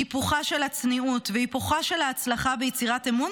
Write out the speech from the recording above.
היפוכה של הצניעות והיפוכה של ההצלחה ביצירת אמון